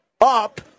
up